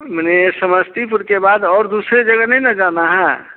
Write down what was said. माने समस्तीपुर के बाद और दूसरे जगह नहीं न जाना है